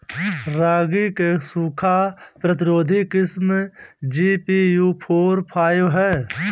रागी क सूखा प्रतिरोधी किस्म जी.पी.यू फोर फाइव ह?